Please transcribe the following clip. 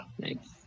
Thanks